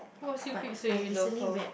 who ask you keep saying you love her